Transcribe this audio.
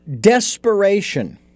desperation